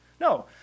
no